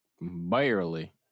Barely